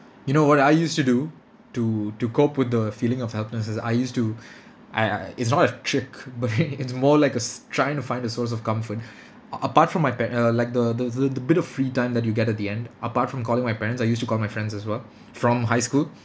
you know what I used to do to to cope with the feeling of helplessness I used to I I it's not a trick but it's more like a s~ trying to find a source of comfort uh apart from my pa~ uh like the the the the bit of free time that you get at the end apart from calling my parents I used to call my friends as well from high school